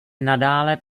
nadále